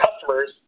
customers